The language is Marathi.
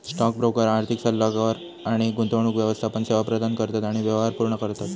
स्टॉक ब्रोकर आर्थिक सल्लोगार आणि गुंतवणूक व्यवस्थापन सेवा प्रदान करतत आणि व्यवहार पूर्ण करतत